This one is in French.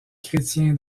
chrétien